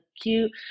cute